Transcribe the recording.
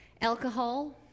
alcohol